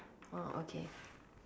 oh okay